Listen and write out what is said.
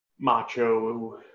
macho